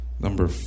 number